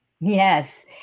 Yes